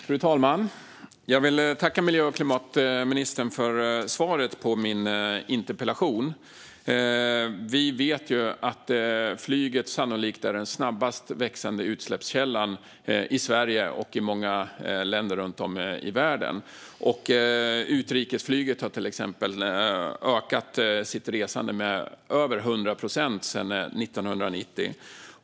Fru talman! Jag vill tacka miljö och klimatministern för svaret på min interpellation. Vi vet att flyget sannolikt är den snabbast växande utsläppskällan i Sverige och i många länder runt om i världen. I utrikesflyget, till exempel, har resandet ökat med över 100 procent sedan 1990.